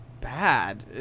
Bad